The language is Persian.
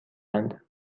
اند